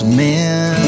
men